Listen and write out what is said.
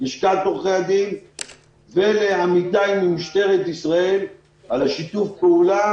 ללשכת עורכי הדין ולעמיתי ממשטרת ישראל על שיתוף הפעולה,